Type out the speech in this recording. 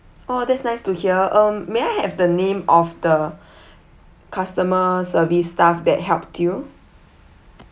oh that's nice to hear um may I have the name of the customer service staff that helped you